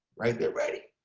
right? they're ready.